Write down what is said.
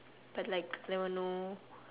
but like there were no